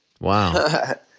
Wow